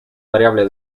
variable